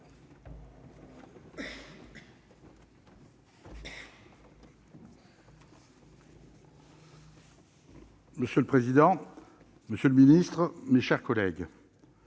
Monsieur le président, monsieur le ministre, chers collègues,